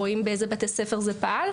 רואים באיזה בתי ספר זה פעל.